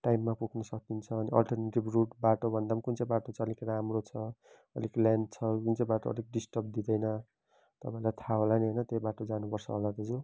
टाइममा पुग्नुसकिन्छ अनि अल्टरनेटिभ रुट बाटो भन्दा पनि कुन चाहिँ बाटो चाहिँ अलिक राम्रो छ अलिक लेन्थ छ जुन चाहिँ बाटो अलिक डिस्टर्ब दिँदैन तपाईँलाई थाहा होला नि होइन त्यही बाटो जानुपर्छ होला दाजु